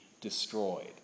destroyed